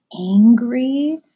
angry